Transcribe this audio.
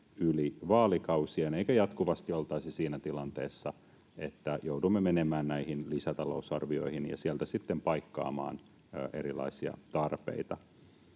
yli vaalikausien eikä jatkuvasti oltaisi siinä tilanteessa, että joudumme menemään näihin lisätalousarvioihin ja sieltä sitten paikkaamaan erilaisia tarpeita.